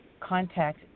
contact